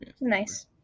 Nice